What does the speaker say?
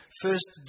first